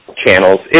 channels